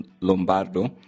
lombardo